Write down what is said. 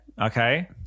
Okay